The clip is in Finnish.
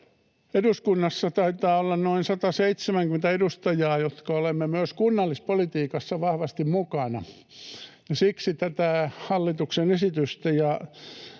eduskunnassa taitaa olla noin 170 edustajaa, jotka olemme myös kunnallispolitiikassa vahvasti mukana, ja siksi tätä hallituksen esitystä